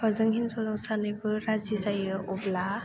हौवाजों हिनजावजों सानैबो राजि जायो अब्ला